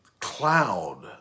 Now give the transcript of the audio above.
cloud